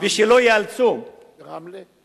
ושלא ייאלצו, ברמלה?